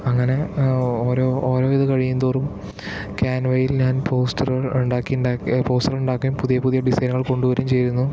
അങ്ങനെ ഓരോ ഓരോ ഇത് കഴിയുന്തോറും ക്യാൻവയിൽ ഞാൻ പോസ്റ്ററുകൾ ഉണ്ടാക്കി ഉണ്ടാക്കി പോസ്റ്ററുകൾ ഉണ്ടാക്കി പുതിയ പുതിയ ഡിസൈനുകൾ കൊണ്ടുവരികയും ചെയ്തിരുന്നു